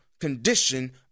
condition